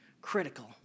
critical